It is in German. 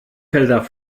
felder